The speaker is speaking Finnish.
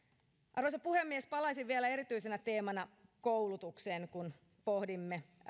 arvoisa puhemies palaisin vielä erityisenä teemana koulutukseen kun pohdimme